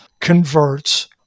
converts